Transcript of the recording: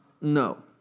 No